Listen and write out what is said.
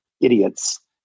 idiots